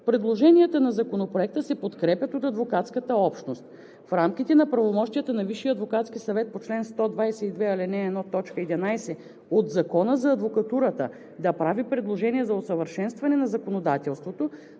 Предложенията на Законопроекта се подкрепят от адвокатската общност. В рамките на правомощията на Висшия адвокатски съвет по чл. 122, ал. 1, т. 11 от Закона за адвокатурата да прави предложения за усъвършенстване на законодателството